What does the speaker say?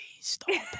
stop